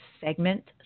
segment